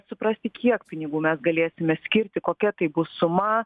suprasti kiek pinigų mes galėsime skirti kokia tai bus suma